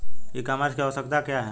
ई कॉमर्स की आवशयक्ता क्या है?